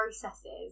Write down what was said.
processes